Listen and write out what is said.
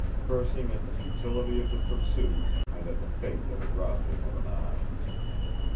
cursing at the futility of the pursuit, and at the fate that had robbed him of an eye.